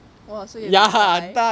!wah! so you have to buy